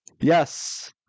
Yes